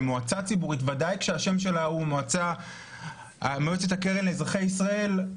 למועצה ציבורית וודאי כשהשם שלה הוא מועצת הקרן לאזרחי ישראל,